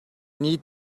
need